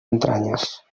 entranyes